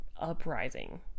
uprising